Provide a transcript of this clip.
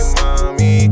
mommy